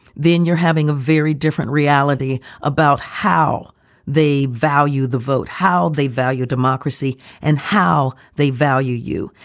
then you're having a very different reality about how they value the vote, how they value democracy and how they value you.